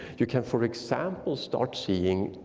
you can, for example, start seeing,